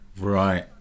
right